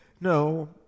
no